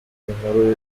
nkuru